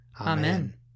Amen